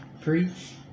preach